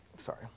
Sorry